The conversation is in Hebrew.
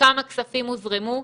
כמה כספים הוזרמו,